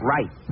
Right